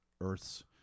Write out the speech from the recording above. Earth's